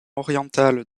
orientales